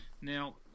Now